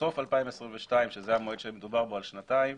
בסוף 2022, שזה המועד בו מדובר, על שנתיים,